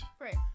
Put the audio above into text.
right